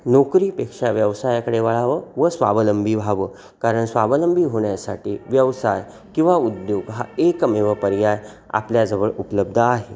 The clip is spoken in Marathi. नोकरीपेक्षा व्यवसायाकडे वळावं व स्वावलंबी व्हावं कारण स्वावलंबी होण्यासाठी व्यवसाय किंवा उद्योग हा एकमेव पर्याय आपल्याजवळ उपलब्ध आहे